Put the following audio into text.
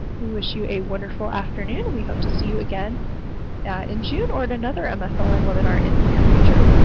we wish you a wonderful afternoon, we hope to see you again in june or at another mfln um so and webinar in the near future.